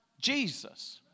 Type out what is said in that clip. Jesus